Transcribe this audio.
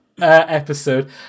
episode